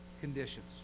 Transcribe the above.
conditions